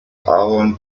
ahorn